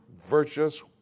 virtuous